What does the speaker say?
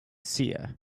seer